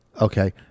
okay